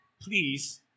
please